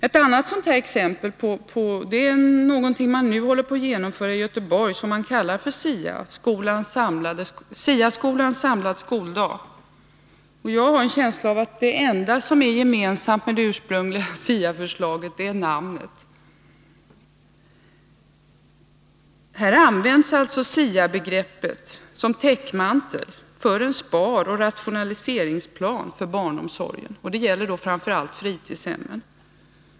Ett annat exempel är något som man nu håller på att genomföra i Göteborg och som man kallar för SIA-skolans samlade skoldag. Jag har en känsla av att det enda som är gemensamt med det ursprungliga SIA-förslaget är namnet. Här används SIA-begreppet som täckmantel för en sparoch rationaliseringsplan inom barnomsorgen, och det gäller då framför allt fritidshemmen.